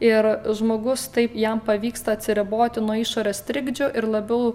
ir žmogus taip jam pavyksta atsiriboti nuo išorės trikdžių ir labiau